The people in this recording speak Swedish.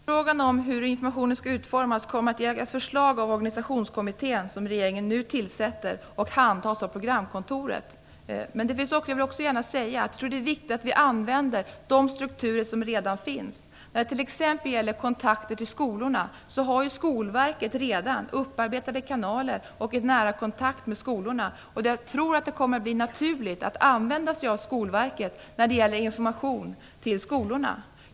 Herr talman! Frågan om hur informationen skall utformas kommer den informationskommitté som regeringen nu tillsätter att lägga fram förslag om och det skall handhas av programkontoret. Jag vill också gärna säga att jag tror att det är viktigt att vi använder de strukturer som redan finns. När det t.ex. gäller kontakter med skolorna har Skolverket redan upparbetade kanaler och en nära kontakt med skolorna. Jag tror att det kommer att bli naturligt att använda sig av Skolverket för information till skolorna.